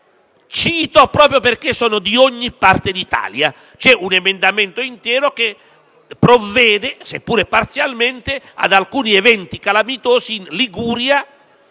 cito proprio perché sono di ogni parte d'Italia. Vi è un emendamento intero che provvede, seppure parzialmente, ad alcuni eventi calamitosi in Liguria,